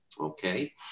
okay